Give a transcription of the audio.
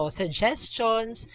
suggestions